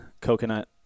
coconut